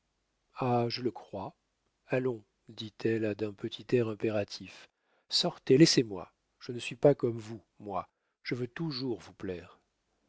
ah je le crois allons dit-elle d'un petit air impératif sortez laissez-moi je ne suis pas comme vous moi je veux toujours vous plaire